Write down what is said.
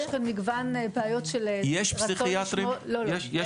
יש כאן מגוון בעיות של --- יש פסיכיאטרים?